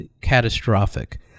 catastrophic